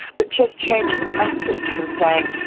but just changing the message from saying,